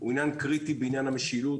בעניין המשילות.